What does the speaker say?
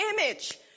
image